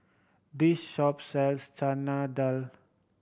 this shop sells Chana Dal